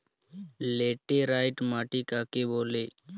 Laterite মাটি কাকে বলে?